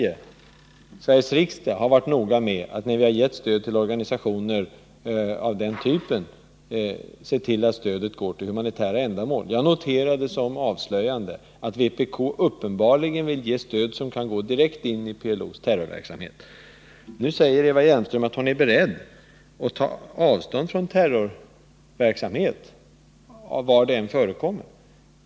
Nej, men Sveriges riksdag har varit noga med — när vi har gett stöd till organisationer av den typen —att se till att stödet går till humanitära ändamål. Jag noterar det som avslöjande att vpk uppenbarligen vill ge stöd som kan gå direkt in i PLO:s terrorverksamhet. Nu säger Eva Hjelmström att hon är beredd att ta avstånd från terrorverksamhet var sådan än förekommer.